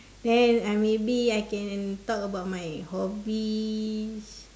then I maybe I can talk about my hobbies